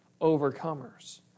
overcomers